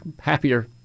happier